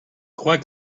crois